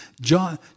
John